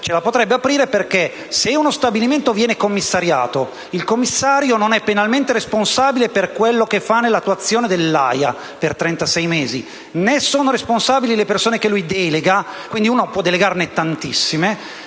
se uno stabilimento viene commissariato, il commissario non è penalmente responsabile per quello che fa nell'attuazione dell'AIA per 36 mesi, né sono responsabili le persone che lui delega (quindi, può delegarne tantissime).